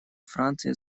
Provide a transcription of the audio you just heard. франции